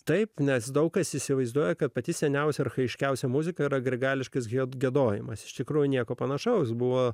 taip nes daug kas įsivaizduoja kad pati seniausia archaiškiausia muzika yra grigališkasis giedojimas iš tikrųjų nieko panašaus buvo